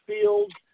fields